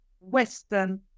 Western